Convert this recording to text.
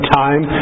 time